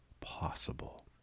possible